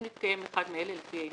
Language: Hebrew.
אם נתקיים אחד מאלה, לפי העניין: